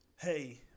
hey